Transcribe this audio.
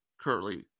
Currently